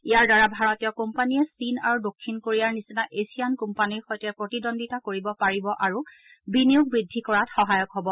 ইয়াৰ দ্বাৰা ভাৰতীয় কোম্পানীয়ে চীন আৰু দক্ষিণ কোৰিয়াৰ নিচিনা এছিয়ান কোম্পানীৰ সৈতে প্ৰতিদ্বন্দ্বিতা কৰিব পাৰিব আৰু বিনিয়োগ বৃদ্ধি কৰাত সহায়ক হ'ব